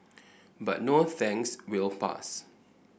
but no thanks we'll pass